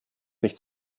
nicht